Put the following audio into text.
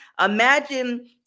Imagine